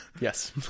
Yes